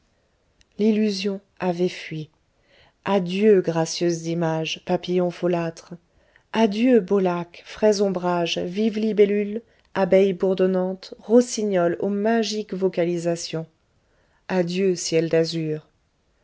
l'illusion avait fui adieu gracieuses images papillons folâtres adieu beau lac frais ombrages vives libellules abeille bourdonnante rossignol aux magiques vocalisations adieu ciel d'azur